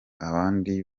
abandi